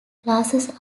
classes